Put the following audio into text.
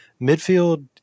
Midfield